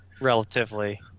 relatively